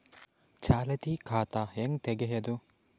ಚಾಲತಿ ಖಾತಾ ಹೆಂಗ್ ತಗೆಯದು?